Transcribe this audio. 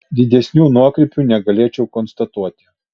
didesnių nuokrypių negalėčiau konstatuoti